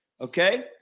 okay